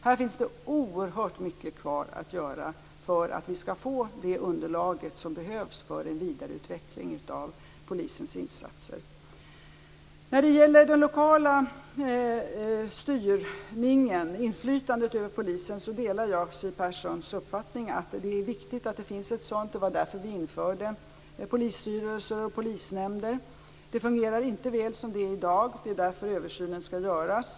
Här finns det oerhört mycket kvar att göra för att vi skall få det underlag som behövs för en vidareutveckling av Polisens insatser. Angående det lokala inflytandet över Polisen delar jag Siw Perssons uppfattning, att det är viktigt att det finns ett sådant - det var därför som det infördes polisstyrelser och polisnämnder. Det fungerar inte väl som det är i dag. Det är därför som denna översyn skall göras.